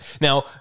Now